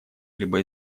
либо